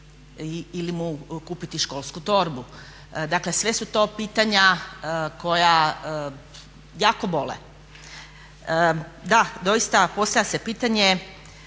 ili mu kupiti školsku torbu. Dakle, sve su to pitanja koja jako bole. Da, doista postavlja se pitanje